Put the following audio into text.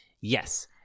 Yes